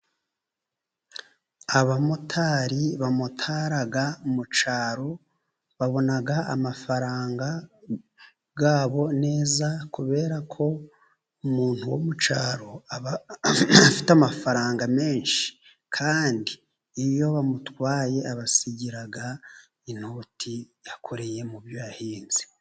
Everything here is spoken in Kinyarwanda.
Abamotari bamotara mu cyaro babona amafaranga yabo neza kubera ko umuntu wo mu cyaro aba afite amafaranga menshi kandi iyo bamutwaye abasigira inoti yakoreye mubyo yahinze.